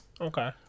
Okay